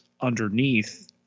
underneath